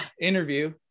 interview